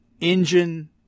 Engine